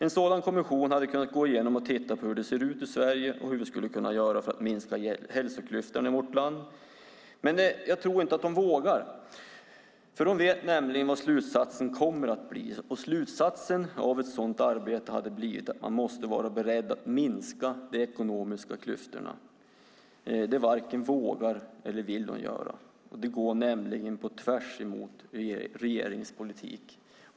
En sådan kommission hade kunnat gå igenom och titta på hur det ser ut i Sverige och hur vi skulle kunna göra för att minska hälsoklyftorna i vårt land. Men jag tror inte att hon vågar. Hon vet nämligen vilken slutsatsen kommer att bli. Slutsatsen av ett sådant arbete hade blivit att man måste vara beredd att minska de ekonomiska klyftorna. Det varken vågar eller vill hon göra. Det går nämligen tvärsemot regeringens politik.